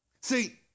See